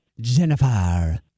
Jennifer